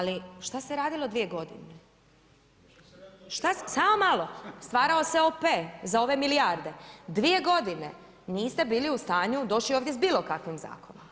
Ali šta se radilo dvije godine? … [[Upadica sa strane, ne razumije se.]] Samo malo, stvarao se OP za ove milijarde, dvije godine niste bili u stanju doći ovdje s bilokakvim zakonom.